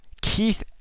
Keith